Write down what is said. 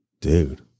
dude